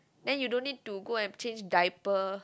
then you don't need to go and change diaper